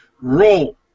roll